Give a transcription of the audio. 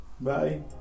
bye